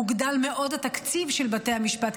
הוגדל מאוד התקציב של בתי המשפט,